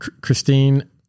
Christine